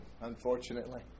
unfortunately